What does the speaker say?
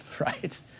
right